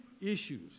issues